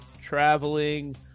traveling